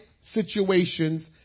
situations